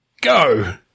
go